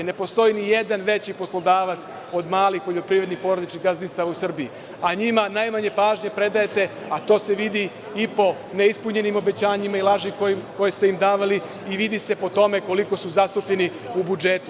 Ne postoji ni jedan veći poslodavac od malih poljoprivrednih porodičnih gazdinstava u Srbiji, a njima najmanje pažnje pridajete, a to se vidi i po neispunjenim obećanjima i lažima koje ste im davali i vidi se po tome koliko su zastupljeni u budžetu.